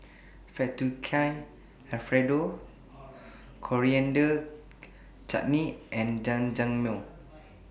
Fettuccine Alfredo Coriander Chutney and Jajangmyeon